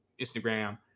Instagram